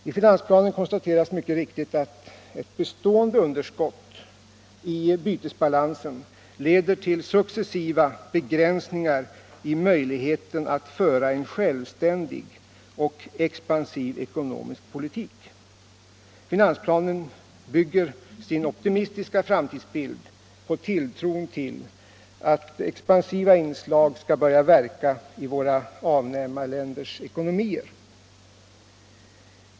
I finansplanen konstateras mycket riktigt att ”ett bestående underskott i bytesbalansen leder till successiva begränsningar i möjligheten att föra en självständig och expansiv ekonomisk politik”. Finansplanen bygger sin optimistiska framtidsbild på tilltron till att expansiva inslag skall börja verka i våra avnämarländers ekonomier.